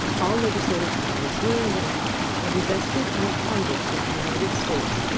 all legislative powers herein granted shall be vested in a congress of the united states,